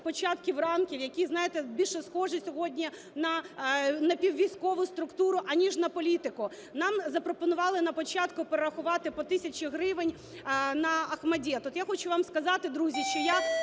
початків ранків, які, знаєте, більше схожі сьогодні на напіввійськову структуру, аніж на політику. Нам запропонували на початку перерахувати по тисячі гривень на ОХМАТДИТ. От я хочу вам сказати, друзі, що я